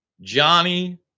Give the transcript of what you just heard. Johnny